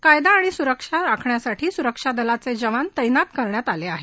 कायदा सुरक्षा राखण्यासाठी सुरक्षा दलाचे जवान तैनात करण्यात आले आहेत